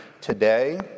today